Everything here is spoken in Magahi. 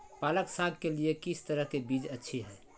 पालक साग के लिए किस तरह के बीज अच्छी है?